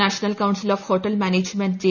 national council of hotel management J